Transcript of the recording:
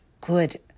good